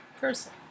person